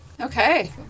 okay